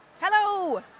Hello